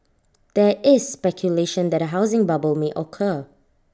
there is speculation that A housing bubble may occur